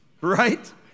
right